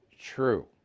true